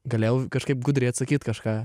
galėjau kažkaip gudriai atsakyt kažką